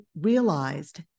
realized